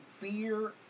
fear